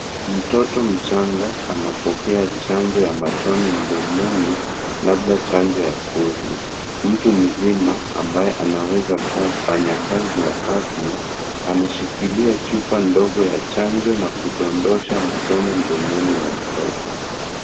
Mtoto mchanga anapokea chanjo ya matone mdomoni labda chanjo ya polio. Mtu mzima ambaye anaweza kuwa mfanyakazi wa afya. Anashikilia chupa ndogo ya chanjo na kudondosha matone mdomoni mwa mtoto.